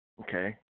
Okay